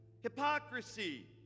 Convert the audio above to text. hypocrisy